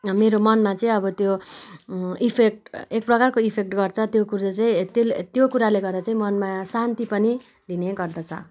मेरो मनमा चाहिँ अब त्यो इफेक्ट एक प्रकारको इफेक्ट गर्छ त्यो कुरा चाहिँ त्यसले त्यो कुराले गर्दा चाहिँ मनमा शान्ति पनि दिने गर्दछ